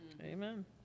Amen